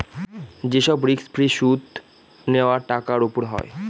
যে সব risk free সুদ নেওয়া টাকার উপর হয়